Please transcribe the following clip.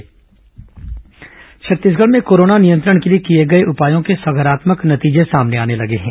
corona संक्रमण दर छत्तीसगढ़ में कोरोना नियंत्रण के लिए किए गए उपायों के सकारात्मक नतीजे सामने आने लगे हैं